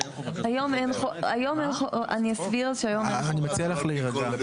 היום אין חובה, אני אסביר שהיום אין חובה כזאת.